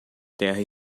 terra